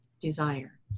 desire